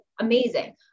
amazing